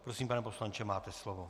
Prosím, pane poslanče, máte slovo.